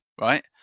right